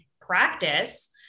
practice